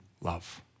love